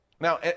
Now